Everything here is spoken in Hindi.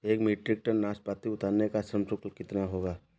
एक मीट्रिक टन नाशपाती उतारने का श्रम शुल्क कितना होगा?